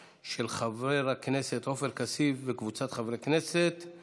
של חבר הכנסת עופר כסיף וחברי כנסת אחרים.